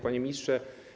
Panie Ministrze!